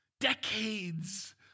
decades